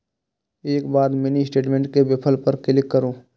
एकर बाद mini statement के विकल्प पर क्लिक करू